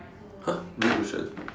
!huh! blue cushion